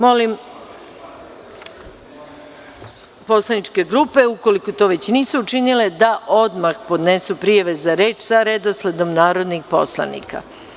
Molim poslaničke grupe, ukoliko to već nisu učinile da odmah podnesu prijave za reč sa redosledom narodnih poslanika.